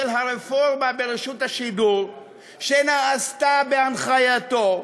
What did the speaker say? הרפורמה ברשות השידור שנעשתה בהנחייתו,